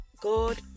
God